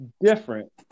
different